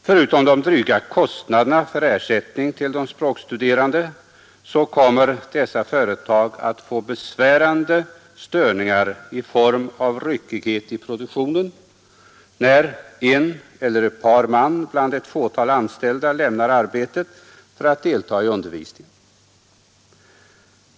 Förutom de dryga kostnaderna för ersättning till de språkstuderande kommer dessa företag att få besvärande störningar i form av ryckighet i produktionen när en eller ett par man bland ett fåtal anställda lämnar arbetet för att delta i undervisningen.